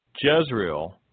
Jezreel